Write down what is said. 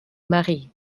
marie